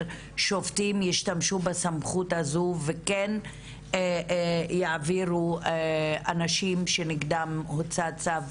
שופטים ישתמשו בסמכות הזאת וכן יעבירו אנשים שנגדם הוצא צו